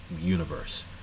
universe